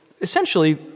essentially